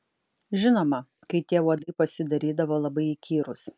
žinoma kai tie uodai pasidarydavo labai įkyrūs